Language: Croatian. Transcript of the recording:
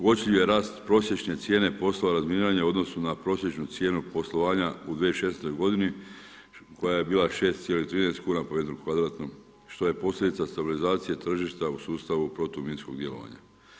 Uočljiv je rast prosječne cijene poslova razminiranja u odnosu na prosječnu cijelu poslovanja u 2016. g. koja je bila 6,13 kn po m2 što je posljedica stabilizacija tržišta u sustavu protuminskog djelovanja.